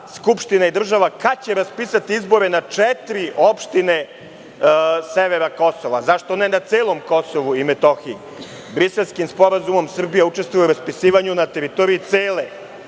Skupština i država kada će raspisati izbore na četiri opštine severa Kosova? Zašto ne na celom Kosovu i Metohiji? Briselskim sporazumom Srbija učestvuje u raspisivanju na teritoriji cele